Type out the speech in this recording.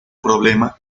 problema